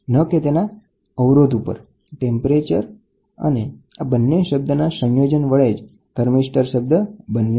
તાપમાન અને રેઝિસ્ટરના પોર્ટમેંટોમાં શબ્દ એક સાથે ભળી જાય છે અને આપણને થર્મિસ્ટર મળે છે